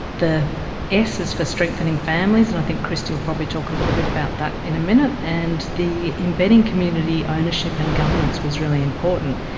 the s is for strengthening families, and i think kristie will probably talk a little bit about that in a minute. and the embedding community, ownership and governance' was really important.